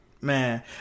Man